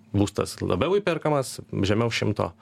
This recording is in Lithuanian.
būstas labiau įperkamas žemiau šimto